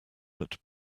that